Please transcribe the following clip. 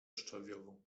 szczawiową